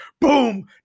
Boom